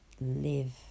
live